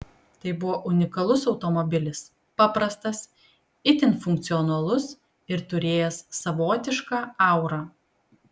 tai buvo unikalus automobilis paprastas itin funkcionalus ir turėjęs savotišką aurą